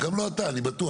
גם לא אתה, אני בטוח.